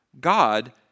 God